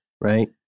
right